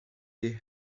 they